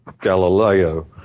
Galileo